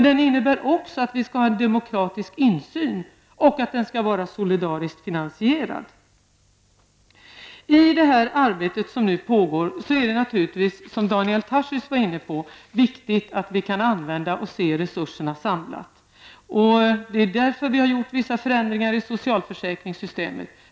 Det innebär också att vi skall ha demokratisk insyn och att den skall vara solidariskt finansierad. I det arbete som nu pågår är det naturligtvis, som Daniel Tarschys var inne på, viktigt att vi kan använda och se resurserna samlat. Vi har därför genomfört vissa förändringar i socialförsäkringssystemet.